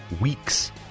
weeks